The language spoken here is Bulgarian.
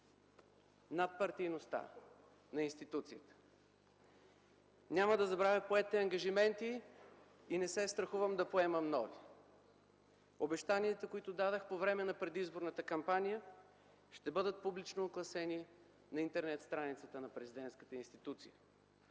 –„избран” с измама”.) Няма да забравя поетите ангажименти и не се страхувам да поемам нови. Обещанията, които дадох по време на предизборната кампания, ще бъдат публично огласени на интернет страницата на президентската институция.